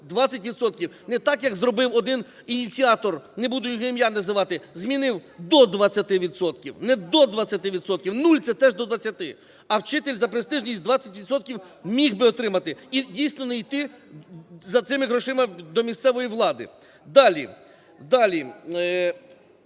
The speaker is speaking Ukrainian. не так, як зробив один ініціатор, не буду його ім'я називати, змінив до 20 відсотків. Не до 20 відсотків, нуль – це теж до 20-ти. А вчитель за престижність 20 відсотків міг би отримати і дійсно не йти за цими грошима до місцевої влади. Далі.